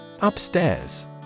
Upstairs